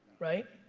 right?